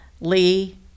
lee